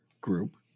group